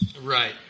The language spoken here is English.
Right